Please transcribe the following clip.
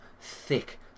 thick